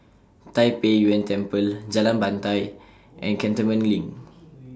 Tai Pei Yuen Temple Jalan Batai and Cantonment LINK